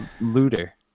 looter